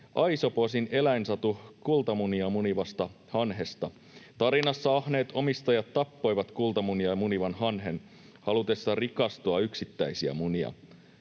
Aisopoksen eläinsatu kultamunia munivasta hanhesta. Tarinassa ahneet omistajat tappoivat kultamunia munivan hanhen halutessaan rikastua yksittäisiä munia